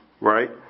right